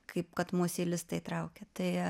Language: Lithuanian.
kaip kad mus į listą įtraukė tai